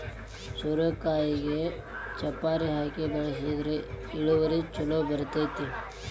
ಸೋರೆಕಾಯಿಗೆ ಚಪ್ಪರಾ ಹಾಕಿ ಬೆಳ್ಸದ್ರ ಇಳುವರಿ ಛಲೋ ಬರ್ತೈತಿ